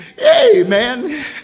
Amen